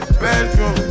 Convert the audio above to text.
bedroom